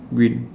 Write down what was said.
green